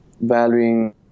valuing